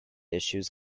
issues